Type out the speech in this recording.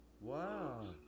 Wow